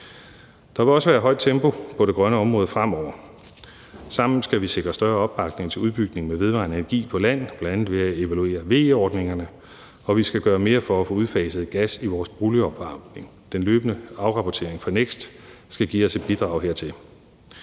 Der vil også være højt tempo på det grønne område fremover. Sammen skal vi sikre større opbakning til udbygning af vedvarende energi på land, bl.a. ved at evaluere VE-ordningerne, og vi skal gøre mere for at få udfaset gas i vores boligopvarmning. Den løbende afrapportering fra NEKST skal give os et bidrag hertil.